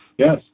Yes